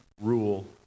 rule